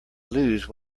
lose